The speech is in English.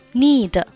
need